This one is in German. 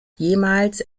jemals